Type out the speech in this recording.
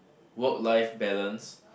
work life balance